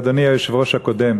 אדוני היושב-ראש הקודם.